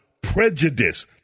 Prejudice